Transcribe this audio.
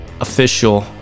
official